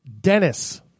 Dennis